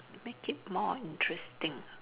make it more interesting ah